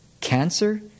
cancer